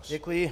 Děkuji.